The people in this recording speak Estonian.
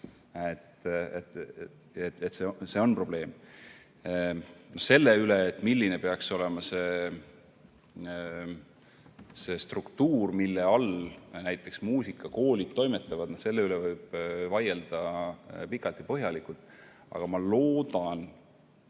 See on probleem. Selle üle, milline peaks olema see struktuur, kus näiteks muusikakoolid toimetavad, võib vaielda pikalt ja põhjalikult. Aga ma loodan,